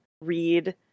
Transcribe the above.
read